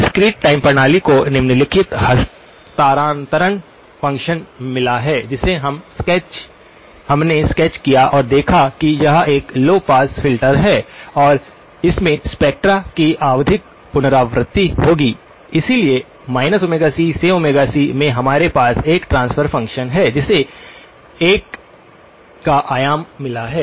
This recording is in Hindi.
डिस्क्रीट टाइम प्रणाली को निम्नलिखित हस्तांतरण फ़ंक्शन मिला है जिसे हमने स्केच किया और देखा कि यह एक लौ पास फिल्टर है और इसमें स्पेक्ट्रा की आवधिक पुनरावृत्ति होगी इसलिए c से c में हमारे पास एक ट्रांसफर फ़ंक्शन है जिसे एक 1 का आयाम मिला है